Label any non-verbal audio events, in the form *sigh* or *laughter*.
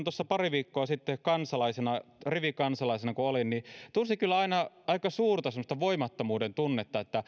*unintelligible* tuossa pari viikkoa sitten vielä rivikansalaisena olin niin tunsin kyllä semmoista aika suurta voimattomuuden tunnetta että